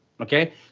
Okay